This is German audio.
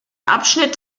abschnitt